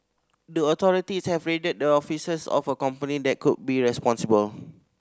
the authorities have raided the offices of a company that could be responsible